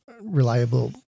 reliable